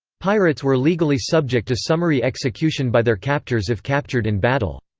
pirates were legally subject to summary execution by their captors if captured in battle.